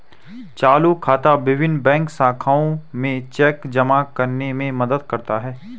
चालू खाता विभिन्न बैंक शाखाओं में चेक जमा करने में मदद करता है